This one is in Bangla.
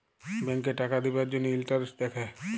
ব্যাংকে টাকা দিবার জ্যনহে ইলটারেস্ট দ্যাখে